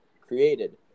created